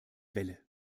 welle